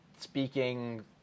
speaking